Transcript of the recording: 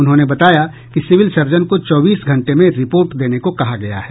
उन्होंने बताया कि सिविल सर्जन को चौबीस घंटे में रिपोर्ट देने को कहा गया है